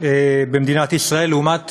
במדינת ישראל, לעומת